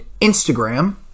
instagram